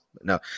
No